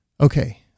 Okay